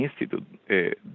Institute